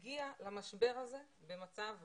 המערך הזה הגיע למשבר הזה במצב רע.